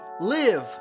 live